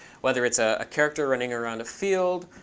whether it's ah a character running around a field,